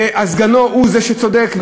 וסגנו הוא זה שצודק,